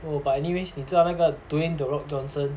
oh but anyways 你知道那个 dwayne the rock johnson